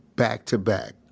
back to back,